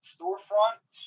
Storefront